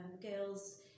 girls